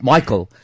Michael